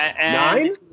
Nine